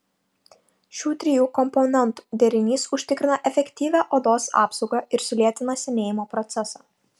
šių trijų komponentų derinys užtikrina efektyvią odos apsaugą ir sulėtina senėjimo procesą